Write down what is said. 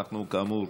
אנחנו, כאמור,